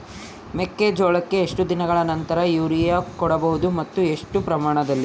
ಮೆಕ್ಕೆಜೋಳಕ್ಕೆ ಎಷ್ಟು ದಿನಗಳ ನಂತರ ಯೂರಿಯಾ ಕೊಡಬಹುದು ಮತ್ತು ಎಷ್ಟು ಪ್ರಮಾಣದಲ್ಲಿ?